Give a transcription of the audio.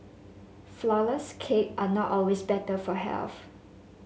flourless cake are not always better for health